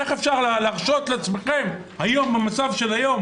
איך אפשר להרשות לעצמכם היום במצב של היום